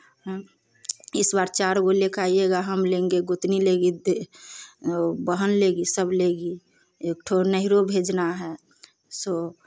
इस बार चार गो लेकर आईएगा हम लेंगे गोतनी लेगी दे और बहन लेगी सब लेगी एक ठो नैहरो भेजना है सो